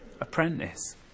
Apprentice